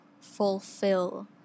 fulfill